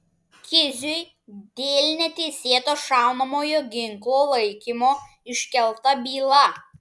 kiziui dėl neteisėto šaunamojo ginklo laikymo iškelta byla